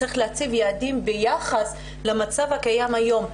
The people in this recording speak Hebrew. צריך להציב יעדים ביחס למצב הקיים היום.